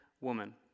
woman